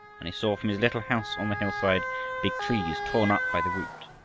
and he saw from his little house on the hillside big trees torn up by the root,